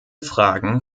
fragen